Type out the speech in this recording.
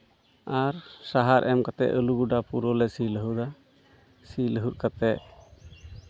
ᱟᱨ ᱥᱟᱦᱟᱨ ᱮᱢ ᱠᱟᱛᱮᱫ ᱜᱚᱰᱟ ᱯᱩᱨᱟᱹᱞᱮ ᱥᱤ ᱞᱟᱹᱦᱩᱫᱟ ᱥᱤ ᱞᱟᱹᱦᱩᱫ ᱠᱟᱛᱮᱫ